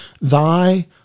thy